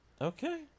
Okay